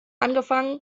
angefangen